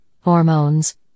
hormones